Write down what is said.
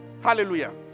Hallelujah